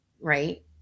right